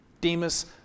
Demas